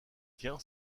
tiens